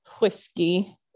whiskey